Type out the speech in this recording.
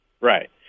Right